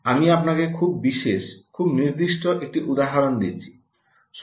আমি আপনাকে খুব বিশেষ খুব নির্দিষ্ট একটি উদাহরণ দিচ্ছি